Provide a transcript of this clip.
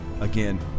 again